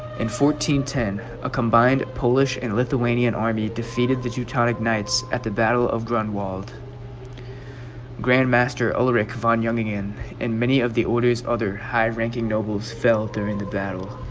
and ten a combined polish and lithuanian army defeated the teutonic knights at the battle of grunwald grandmaster alaric von young again and many of the order's other high-ranking nobles fell during the battle